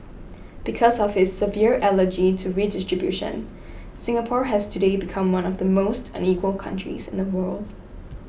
because of his severe allergy to redistribution Singapore has today become one of the most unequal countries in the world